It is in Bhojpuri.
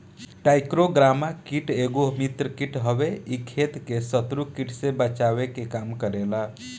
टाईक्रोग्रामा कीट एगो मित्र कीट हवे इ खेत के शत्रु कीट से बचावे के काम करेला